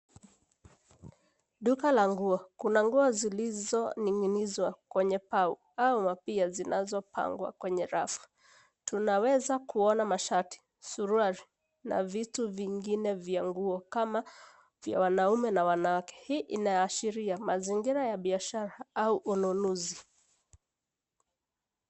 Duka la nguo. Kuna nguo zilizoning'inizwa kwenye pau, ama pia zinazopangwa kwenye rafu. Tunaweza kuona mashati, suruali, na vitu vingine vya nguo, kama vya wanaume na wanawake. Hii inaashiria, mazingira ya biashara, au ununuzi.